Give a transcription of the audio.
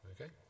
Okay